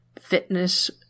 fitness